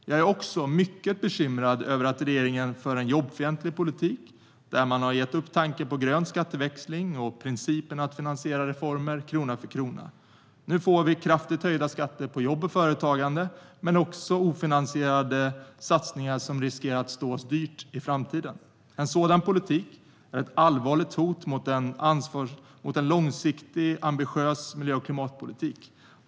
Jag är också mycket bekymrad över att regeringen för en jobbfientlig politik där man har gett upp tanken på grön skatteväxling och principen att finansiera reformer krona för krona. Nu får vi kraftigt höjda skatter på jobb och företagande men också ofinansierade satsningar som riskerar att stå oss dyrt i framtiden. En sådan politik är ett allvarligt hot mot en långsiktig, ambitiös miljö och klimatpolitik.